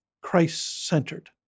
Christ-centered